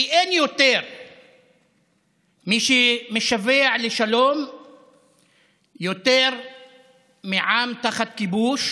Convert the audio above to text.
כי אין מי שמשווע לשלום יותר מעם תחת כיבוש